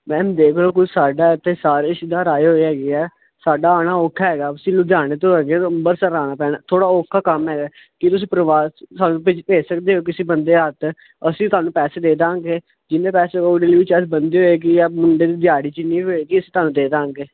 ma'am ਜੇ ਕੋਈ ਸਾਡਾ ਸਾਰੇ ਰਿਸ਼ਤੇਦਾਰ ਆਏ ਹੋਏ ਹੈਗੇ ਆ ਸਾਡਾ ਆਉਣਾ ਔਖਾ ਹੈਗਾ ਤੁਸੀਂ ਲੁਧਿਆਣੇ ਤੋਂ ਹੈਗੇ ਅੰਮ੍ਰਿਤਸਰ ਆਉਣਾ ਪੈਣਾ ਥੋੜ੍ਹਾ ਔਖਾ ਕੰਮ ਹੈਗਾ ਕਿ ਤੁਸੀਂ ਪਰਿਵਾਰ ਸਾਨੂੰ ਭੇਜ ਸਕਦੇ ਹੋ ਕਿਸੇ ਬੰਦੇ ਹੱਥ ਅਸੀਂ ਤੁਹਾਨੂੰ ਪੈਸੇ ਦੇ ਦੇਵਾਂਗੇ ਜਿੰਨੇ ਪੈਸੇ ਉਹ ਡਿਲੀਵਰੀ 'ਚ ਬੰਦੇ ਹੋਏਗੀ ਜਾਂ ਮੁੰਡੇ ਦੀ ਦਿਹਾੜੀ ਜਿੰਨੀ ਵੀ ਹੋਏਗੀ ਅਸੀਂ ਤੁਹਾਨੂੰ ਦੇ ਦੇਵਾਂਗੇ